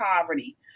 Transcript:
poverty